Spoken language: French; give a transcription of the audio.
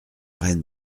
reine